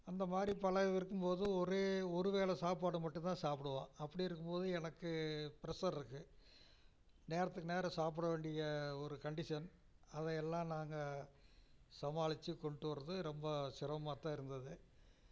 அந்த மாதிரி பல இருக்கும்போது ஒரே ஒரு வேளை சாப்பாடு மட்டும்தான் சாப்பிடுவோம் அப்படி இருக்கும்போது எனக்கு பிரஷர் இருக்கு நேரத்துக்கு நேரம் சாப்பிட வேண்டிய ஒரு கண்டீஷன் அதையெல்லாம் நாங்கள் சமாளிச்சு கொண்டு வர்றது ரொம்ப சிரமமாகதான் இருந்தது